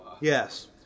Yes